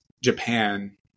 Japan